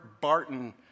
Barton